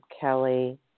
Kelly